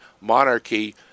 monarchy